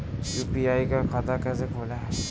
UPI का खाता कैसे खोलें?